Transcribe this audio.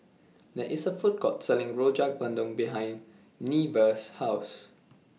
There IS A Food Court Selling Rojak Bandung behind Nevaeh's House